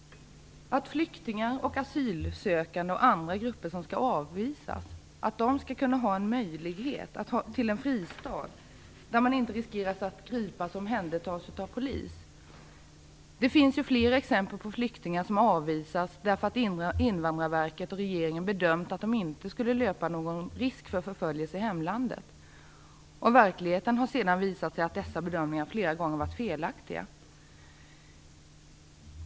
Flyktingar, asylsökande och andra grupper som skall avvisas skall kunna ha en möjlighet till en fristad där de inte riskerar att gripas och omhändertas av polis. Det finns ju flera exempel på flyktingar som avvisats därför att Invandrarverket och regeringen bedömt att de inte löper någon risk för förföljelse i hemlandet. I verkligheten har det sedan visat sig att dessa bedömningar flera gånger har varit felaktiga.